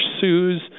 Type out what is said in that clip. sues